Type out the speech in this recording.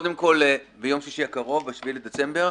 ביום ששי הקרוב, ב-7 בדצמבר,